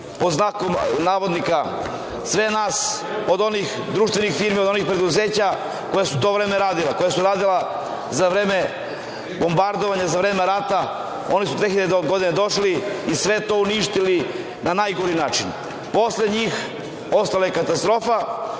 i „oslobodili“ sve nas od onih društvenih firmi, od onih preduzeća koja su u to vreme radila, koja su radila za vreme bombardovanja, za vreme rata, oni su 2000. godine došli i sve to uništili na najgori način. Posle njih ostala je katastrofa,